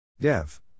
Dev